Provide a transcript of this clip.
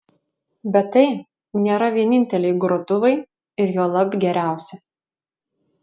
bet tai nėra vieninteliai grotuvai ir juolab geriausi